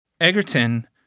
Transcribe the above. Egerton